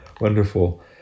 wonderful